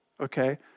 okay